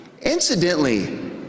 Incidentally